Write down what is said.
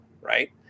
right